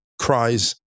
cries